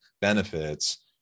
benefits